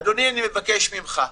אדוני, אני מבקש ממך.